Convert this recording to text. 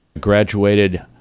graduated